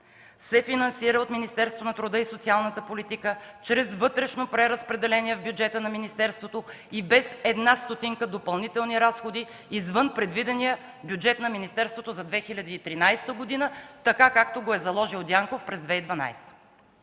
се финансира от Министерството на труда и социалната политика чрез вътрешно преразпределение в бюджета на министерството и без една стотинка допълнителни разходи извън предвидения бюджет на министерството за 2013 г., така както го е заложил Дянков през 2012 г.